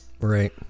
Right